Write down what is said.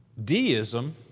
Deism